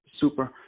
super